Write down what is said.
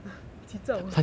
奇招 ah